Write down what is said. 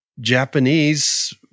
Japanese